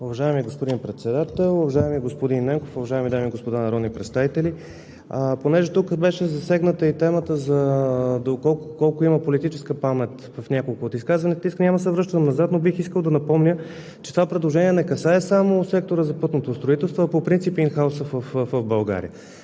Уважаеми господин Председател, уважаеми господин Ненков, уважаеми дами и господа народни представители! Понеже в няколко от изказванията тук беше засегната и темата доколко има политическа памет – няма да се връщам назад, но бих искал да напомня, че това предложение не касае само сектора за пътното строителство, а по принцип инхаусът в България.